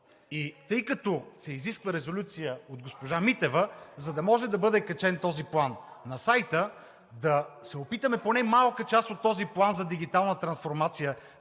И тъй като се изисква резолюция от госпожа Митева, за да може да бъде качен този план на сайта, да се опитаме поне малка част от този план – за дигитална трансформация